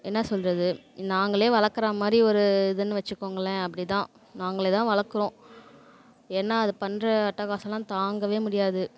என்ன சொல்கிறது நாங்கள் வளக்கிறா மாதிரி ஒரு இதுன்னு வச்சுக்கோங்களேன் அப்படி தான் நாங்கள் தான் வளக்கிறோம் ஏன்னா அது பண்ணுற அட்டகாசெல்லாம் தாங்க முடியாது